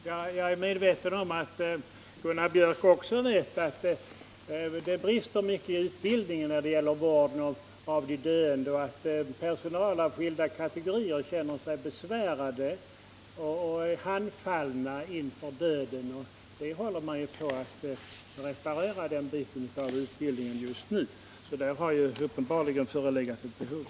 Herr talman! Jag skall inte förlänga diskussionen, men jag är medveten om att Gunnar Biörck också vet att det brister mycket i utbildningen när det gäller vården av de döende och att personal av skilda kategorier känner sig besvärad och handfallen inför döden. Den bristen i utbildningen håller man nu på och reparerar, så där har uppenbarligen förelegat ett behov.